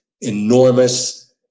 enormous